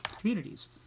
communities